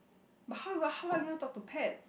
but how are how are you going to talk to pets